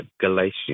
Galatians